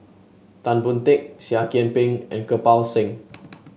Tan Boon Teik Seah Kian Peng and Kirpal Singh